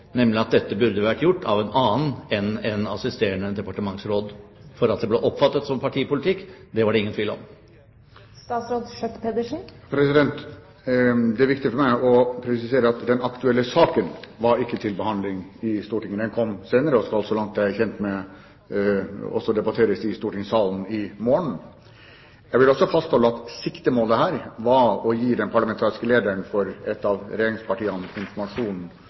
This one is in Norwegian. partipolitikk, er det ingen tvil om. Det er viktig for meg å presisere at den aktuelle saken ikke var til behandling i Stortinget. Den kom senere, og skal, så langt jeg er kjent med, debatteres i stortingssalen i morgen. Jeg vil også fastholde at siktemålet her var å gi den parlamentariske lederen for et av regjeringspartiene